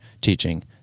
teaching